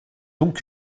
donc